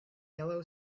yellow